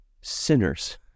sinners